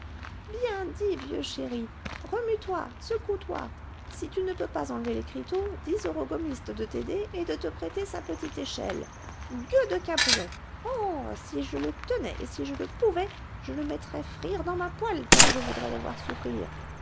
bien dit vieux chéri remue toi secoue toi si tu ne peux pas enlever l'écriteau dis au rogomiste de t'aider et de te prêter sa petite échelle gueux de cabrion oh si je le tenais et si je le pouvais je le mettrais frire dans ma poêle tant je voudrais le voir souffrir